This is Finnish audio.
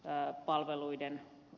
öä palveluiden